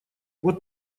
вот